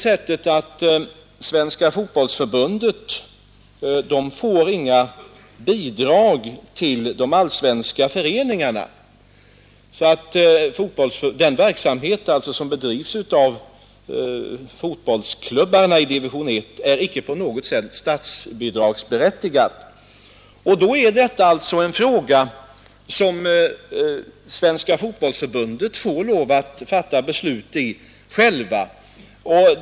Svenska fotbollförbundet får inga bidrag till de allsvenska föreningarna. Den verksamhet som bedrives av fotbollsklubbarna i division I är alltså inte på något sätt bidragsberättigad. Därför är detta en fråga i vilken Svenska fotbollförbundet självt får fatta beslut.